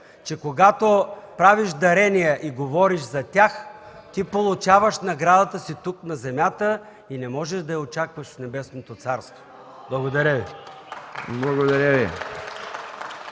че когато правиш дарения и говориш за тях, ти получаваш наградата си тук на земята и не може да я очакваш в небесното царство. (Възгласи: